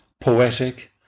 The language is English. poetic